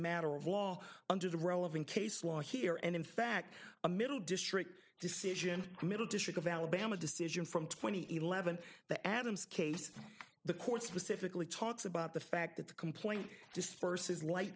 matter of law under the relevant case law here and in fact a middle district decision middle district of alabama decision from twenty eleven the adams case the court specifically talks about the fact that the complaint disperses light